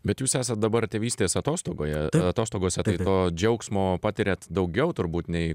bet jūs esat dabar tėvystės atostogoje atostogose tai to džiaugsmo patiriat daugiau turbūt nei